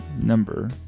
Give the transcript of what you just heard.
Number